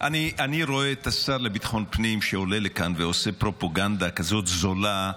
אני רואה את השר לביטחון פנים שעולה לכאן ועושה פרופגנדה כזאת זולה,